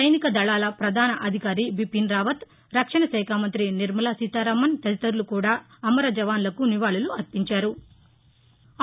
సైనిక దళాల పధాన అధికారి బీపిన్ రావత్ రక్షణ శాఖ మంతి నిర్మలా సీతారామన్ తదితరులు కూడా అమర జవాన్లకు నివాళులు అర్పించారు